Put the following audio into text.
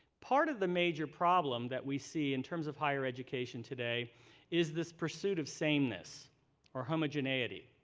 part of the major problem that we see in terms of higher education today is this pursuit of sameness or homogenate.